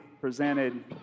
presented